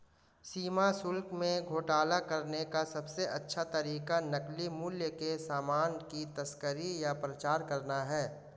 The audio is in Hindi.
सीमा शुल्क में घोटाला करने का सबसे अच्छा तरीका नकली मूल्य के सामान की तस्करी या प्रचार करना है